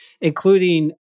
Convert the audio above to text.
including